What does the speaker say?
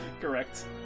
Correct